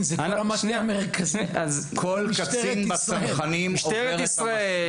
משטרת ישראל,